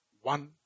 one